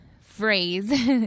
phrase